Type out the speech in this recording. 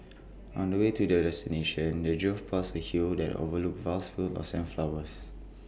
on the way to their destination they drove past A hill that overlooked vast fields of sunflowers